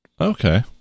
okay